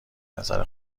نظر